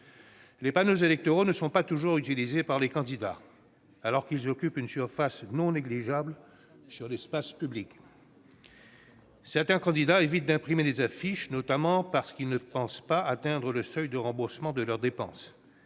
Les panneaux électoraux ne sont pas toujours utilisés par les candidats, alors qu'ils occupent une surface non négligeable de l'espace public. Certains candidats évitent d'imprimer des affiches, notamment parce qu'ils ne pensent pas atteindre le seuil de remboursement de leurs dépenses.